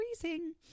freezing